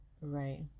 Right